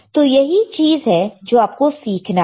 तो यही चीज है जो आपको सीखना है